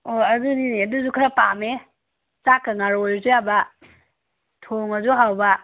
ꯑꯣ ꯑꯗꯨꯅꯤꯅꯦ ꯑꯗꯨꯁꯨ ꯈꯔ ꯄꯥꯝꯃꯦ ꯆꯥꯛꯀ ꯉꯥꯔꯧ ꯑꯣꯏꯔꯁꯨ ꯌꯥꯕ ꯊꯣꯡꯂꯁꯨ ꯍꯥꯎꯕ